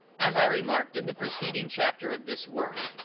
as i remarked in the preceding chapter of this work,